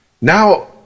Now